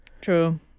true